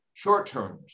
short-termers